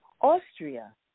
Austria